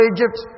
Egypt